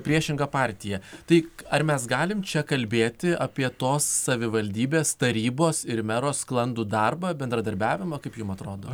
priešinga partija tai ar mes galime čia kalbėti apie tos savivaldybės tarybos ir mero sklandų darbą bendradarbiavimą kaip jum atrodo